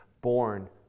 born